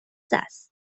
است